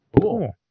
Cool